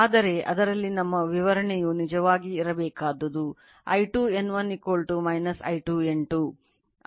ಆದರೆ ಅದರಲ್ಲಿ ನಮ್ಮ ವಿವರಣೆಯು ನಿಜವಾಗಿ ಇರಬೇಕಾದದ್ದು I2 N1 I2 N2